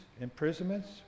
imprisonments